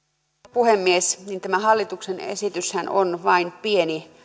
puhemies tämä hallituksen esityshän on vain pieni